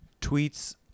tweets